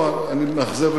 אני מאכזב אתכם.